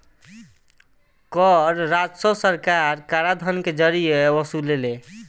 कर राजस्व सरकार कराधान के जरिए वसुलेले